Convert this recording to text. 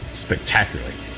spectacularly